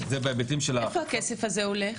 לאיפה הכסף הזה הולך?